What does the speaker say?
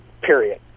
period